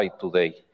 today